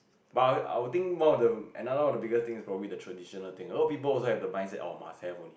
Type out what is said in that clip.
but I would I would think one of the another one of the biggest thing is probably the traditional thing a lot people also have the mindset of must have one